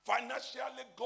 Financially